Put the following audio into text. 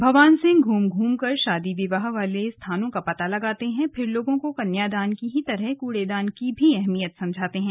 भवान सिंह घूम घूम कर शादी विवाह वाले स्थानों का पता लगाते हैं फिर लोगों को कन्यादान की ही तरह कूड़ेदान की भी अहमियत समझाते हैं